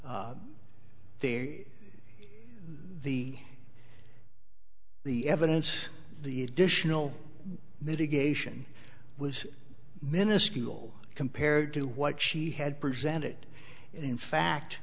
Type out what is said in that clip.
there the the evidence the additional mitigation was minuscule compared to what she had presented in fact